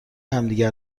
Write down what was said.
همدیگه